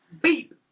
beep